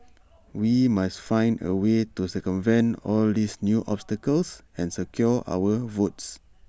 we must find A way to circumvent all these new obstacles and secure our votes